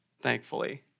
thankfully